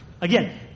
Again